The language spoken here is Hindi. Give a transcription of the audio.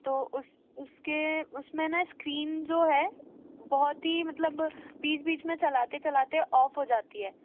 तो उस उसके उसमें ना इस्क्रीन जो है बहुत ही मतलब बीच बीच में चलाते चलाते ऑफ हो जाती है